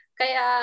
kaya